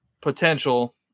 potential